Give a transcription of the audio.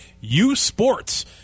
U-Sports